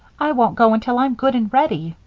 i won't go until i'm good and ready,